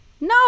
No